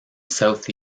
south